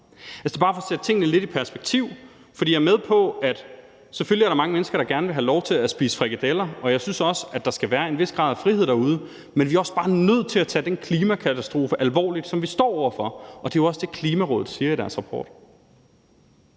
jeg bare for at sætte tingene lidt i perspektiv, for jeg er med på, at der selvfølgelig er mange mennesker, der gerne vil have lov til at spise frikadeller, og jeg synes også, at der skal være en vis grad af frihed derude, men vi er også bare nødt til at tage den klimakatastrofe alvorligt, som vi står over for. Og det er jo også det, Klimarådet siger i deres rapport.